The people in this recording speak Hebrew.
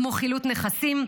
כמו חילוט נכסים.